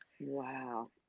Wow